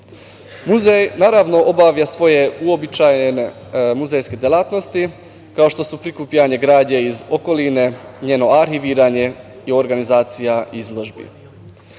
Muzej, naravno, obavlja svoje uobičajene muzejske delatnosti, kao što su prikupljanje građe iz okoline, njeno arhiviranje i organizacija izložbi,